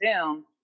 Zoom